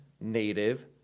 native